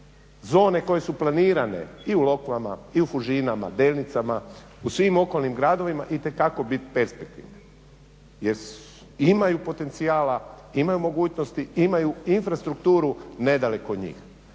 zone koje su planirane i u Lokvama i u Fužinama, Delnicama, u svim okolnim gradovima itekako bit perspektivni jer imaju potencijala, imaju mogućnosti, imaju infrastrukturu nedaleko od njih.